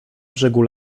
brzegu